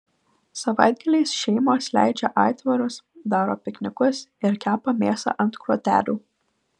savaitgaliais šeimos leidžia aitvarus daro piknikus ir kepa mėsą ant grotelių